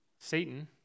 Satan